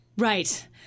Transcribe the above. Right